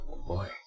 boy